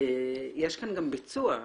יש כאן גם ביצוע.